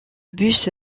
bus